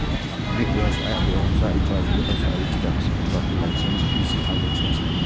अनेक व्यवसाय आ व्यवसायी पर व्यावसायिक टैक्स अथवा लाइसेंस फीस लागै छै